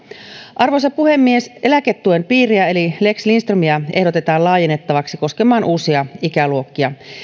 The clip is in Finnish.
arvoisa puhemies eläketuen piiriä eli lex lindströmiä ehdotetaan laajennettavaksi koskemaan uusia ikäluokkia